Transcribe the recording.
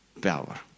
power